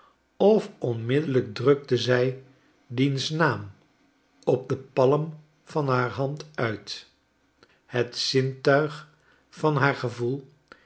of onmiddellijk drukte zij diens naam op den palm van haar hand uit het zintuig van haar gevoel